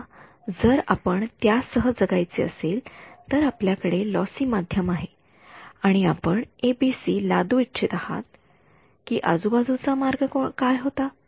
समजा जर आपण त्यासह जगायचे असेल तर आपल्याकडे एक लॉसी माध्यम आहे आणि आपण एबीसी लादू इच्छित आहात की आजूबाजूचा मार्ग काय होता